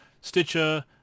stitcher